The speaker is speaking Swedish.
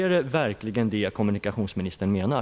Är det verkligen detta kommunikationsministern menar?